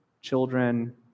children